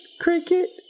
cricket